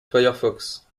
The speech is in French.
firefox